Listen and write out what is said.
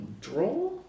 draw